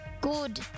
good